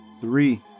three